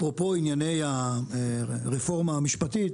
אפרופו ענייני הרפורמה המשפטית,